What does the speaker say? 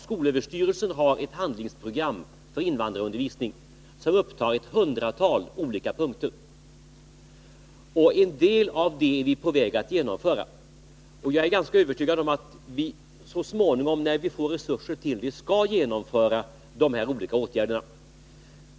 Skolöverstyrelsen har ett handlingsprogram för invandrarundervisning som upptar ett hundratal olika punkter, och en del av det programmet är vi på väg att genomföra. Jag är ganska övertygad om att vi så småningom, när vi får resurser till det, skall genomföra de här olika åtgärderna.